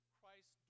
Christ